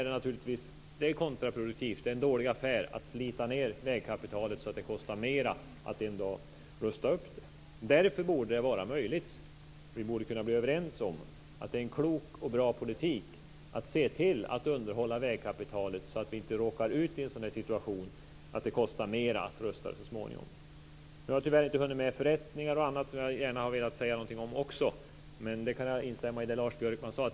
Det är kontraproduktivt, det är en dålig affär, att slita ned vägkapitalet så att det kostar mer att rusta upp det en dag. Därför borde vi kunna vara överens om att det är en klok och bra politik att se till att underhålla vägkapitalet så att vi inte råkar ut för en situation där det kostar mer att rusta dem så småningom. Jag har tyvärr inte hunnit med att ta upp förrättningar och annat som jag också gärna skulle ha velat säga någonting om. Men där kan jag instämma i det Lars Björkman sade.